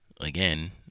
Again